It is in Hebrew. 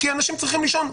כי אנשים צריכים לישון,